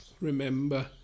remember